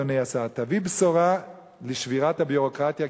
אדוני השר: תביא בשורה על שבירת הביורוקרטיה,